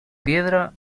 piedra